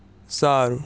સારું